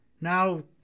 Now